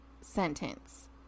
sentence